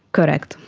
correct,